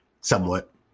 somewhat